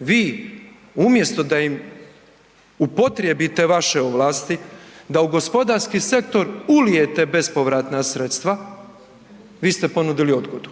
vi umjesto da im upotrijebite vaše ovlasti, da u gospodarski sektor ulijete bespovratna sredstva, vi ste ponudili odgodu.